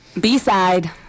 B-side